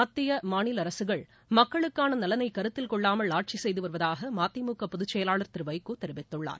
மத்திய மாநில அரசுகள் மக்களுக்கான நலனை கருத்தில்கொள்ளாமல் ஆட்சி செய்துவருவதாக மதிமுக பொதுச்செயலாளர் திரு வைகோ தெரிவித்துள்ளார்